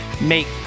make